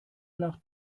nach